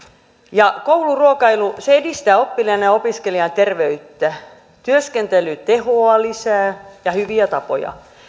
kouluruokailu edistää oppilaan ja opiskelijan terveyttä työskentelytehoa ja hyviä tapoja